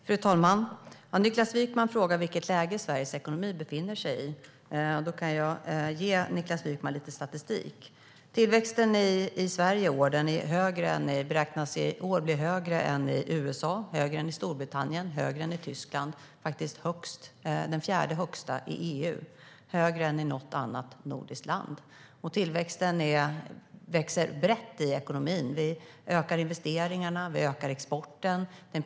Fru talman! Niklas Wykman frågar vilket läge Sveriges ekonomi befinner sig i. Då kan jag ge Niklas Wykman lite statistik. Tillväxten i Sverige beräknas i år bli högre än i USA, högre än i Storbritannien, högre än i Tyskland, faktiskt den fjärde högsta i EU och högre än i något annat nordiskt land. Tillväxten är bred i ekonomin. Vi ökar investeringarna. Vi ökar exporten.